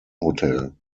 hotel